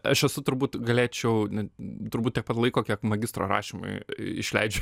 aš esu turbūt galėčiau nu turbūt tiek pat laiko kiek magistro rašymui išleidžiu